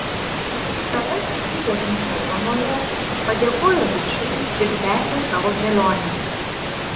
tada tiškutės nušoko nuo jo padėkojo vikšrui ir tęsė savo kelionę